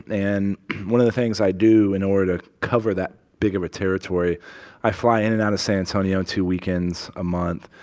and one of the things i do in order to cover that big of a territory i fly in and out of san antonio two weekends a month,